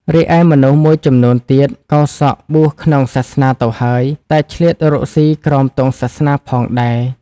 រីឯមនុស្សមួយចំនួនទៀត កោរសក់បួសក្នុងសាសនាទៅហើយ តែឆ្លៀតរកស៊ីក្រោមទង់សាសនាផងដែរ ។